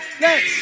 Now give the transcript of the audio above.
Yes